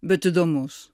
bet įdomus